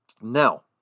Now